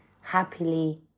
happily